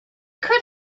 could